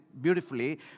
beautifully